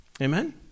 Amen